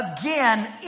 again